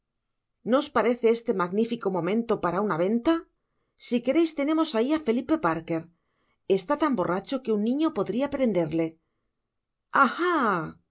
no os parece este magnilico momento para una venia si quereis tenemos ahi á felipe barker está tan borracho que un niño podria prenderle